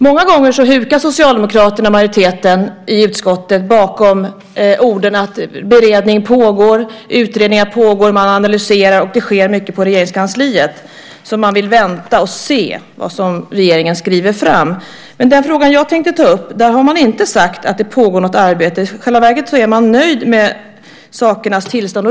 Många gånger hukar Socialdemokraterna och majoriteten i utskottet bakom formuleringar om att beredning pågår, att utredningar pågår, att man analyserar och att det sker mycket i Regeringskansliet så man vill vänta och se vad regeringen skriver fram. I den fråga som jag tänkte ta upp har man inte sagt att det pågår ett arbete. I själva verket är man nöjd med sakernas tillstånd.